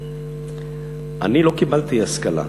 אני לא קיבלתי השכלה,